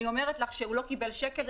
אני אומרת לך שהוא לא קיבל שקל.